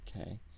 okay